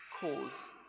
cause